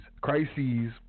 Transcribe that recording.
crises